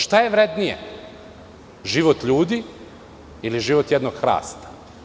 Šta je vrednije – život ljudi ili život jednog hrasta?